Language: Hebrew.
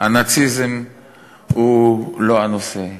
הנאציזם הוא לא הנושא.